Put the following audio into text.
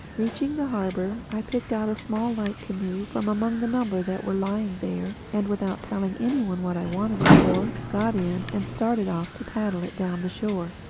reaching the harbor, i picked out a small light canoe from among the number that were lying there and without telling any one what i wanted it for, got in and started off to paddle it down the shore.